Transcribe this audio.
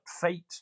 fate